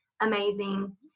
amazing